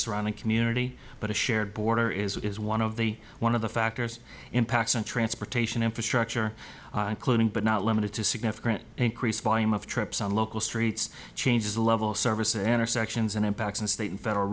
surrounding community but a shared border is one of the one of the factors impacts on transportation infrastructure including but not limited to significant increase volume of trips on local streets changes the level of service intersections and impacts in state and federal